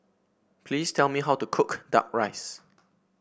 please tell me how to cook duck rice